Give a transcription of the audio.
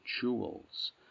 jewels